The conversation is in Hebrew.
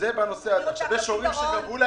זה לדיון אחר, כשתהיה ועדת החינוך.